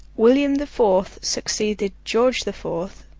william the fourth succeeded george the fourth,